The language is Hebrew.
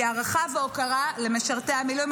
היא הערכה והוקרה למשרתי המילואים.